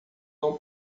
não